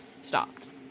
stopped